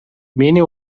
мени